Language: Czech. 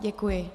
Děkuji.